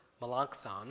Melanchthon